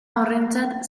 horrentzat